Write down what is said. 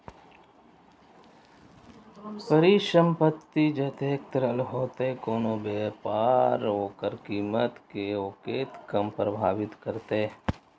परिसंपत्ति जतेक तरल हेतै, कोनो व्यापार ओकर कीमत कें ओतेक कम प्रभावित करतै